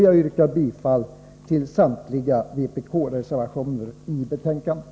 Jag yrkar bifall till samtliga vpk-reservationer i betänkandet.